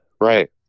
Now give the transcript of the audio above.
Right